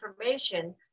information